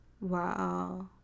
Wow